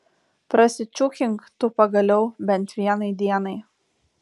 prasičiūkink tu pagaliau bent vienai dienai